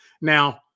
now